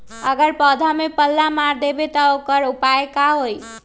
अगर पौधा में पल्ला मार देबे त औकर उपाय का होई?